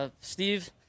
Steve